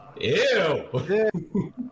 Ew